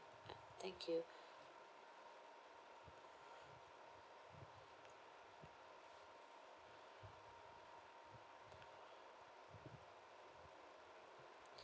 ah thank you